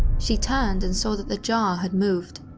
she turned and saw that the jar had moved.